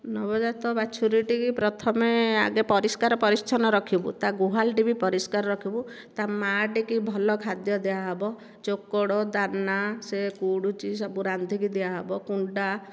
ନବଜାତ ବାଛୁରୀ ଟିକି ପ୍ରଥମେ ଆଗେ ପରିଷ୍କାର ପରିଚ୍ଛନ୍ନ ରଖିବୁ ତା ଗୁହାଳଟିକୁ ପରିଷ୍କାର ରଖିବୁ ମାଁଟି କି ଭଲ ଖାଦ୍ୟ ଦିଆହେବ ଚୋକଡ଼ ଦାନା ସେ ଗୁଡ଼ୁଚି ସବୁ ରାନ୍ଧିକି ଦିଆହେବ କୁଣ୍ଡା